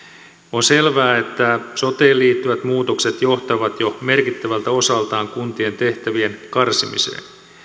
on selvää että soteen liittyvät muutokset johtavat jo merkittävältä osaltaan kuntien tehtävien karsimiseen